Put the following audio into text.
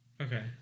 Okay